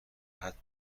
حتی